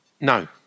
No